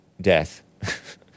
death